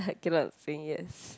I cannot say yes